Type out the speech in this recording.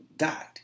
died